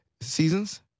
seasons